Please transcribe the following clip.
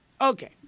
Okay